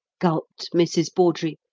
gulped mrs. bawdrey,